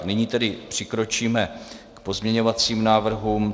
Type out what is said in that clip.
Nyní tedy přikročíme k pozměňovacím návrhům.